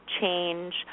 change